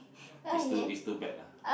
it's too it's too bad lah